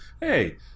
hey